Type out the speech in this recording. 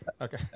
okay